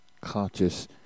conscious